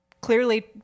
clearly